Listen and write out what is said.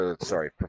Sorry